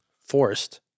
forced